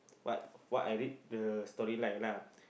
what what I read the story line lah